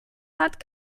hat